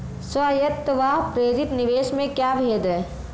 स्वायत्त व प्रेरित निवेश में क्या भेद है?